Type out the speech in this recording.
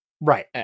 right